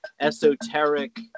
esoteric